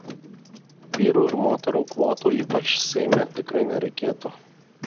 vyrų ir moterų kvotų ypač seime tikrai nereikėtų